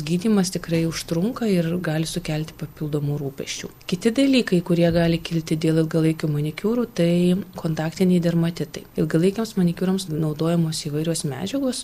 gydymas tikrai užtrunka ir gali sukelti papildomų rūpesčių kiti dalykai kurie gali kilti dėl ilgalaikių manikiūrų tai kontaktiniai dermatitai ilgalaikiams manikiūrams naudojamos įvairios medžiagos